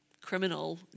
criminal